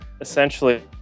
essentially